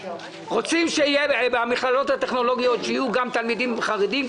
רוצים שבמכללות הטכנולוגיות יהיו גם תלמידים חרדים,